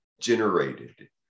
generated